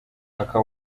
akaba